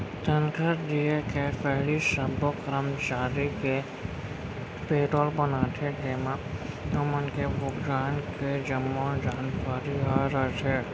तनखा दिये के पहिली सब्बो करमचारी के पेरोल बनाथे जेमा ओमन के भुगतान के जम्मो जानकारी ह रथे